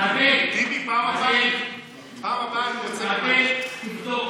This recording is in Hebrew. ארבל, ארבל, ארבל, תבדוק.